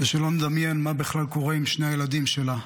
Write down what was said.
ושלא נדמיין מה בכלל קורה עם שני הילדים שלה,